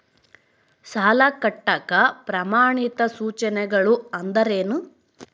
ಸಾಲ ಕಟ್ಟಾಕ ಪ್ರಮಾಣಿತ ಸೂಚನೆಗಳು ಅಂದರೇನು?